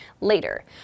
later